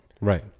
right